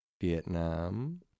Vietnam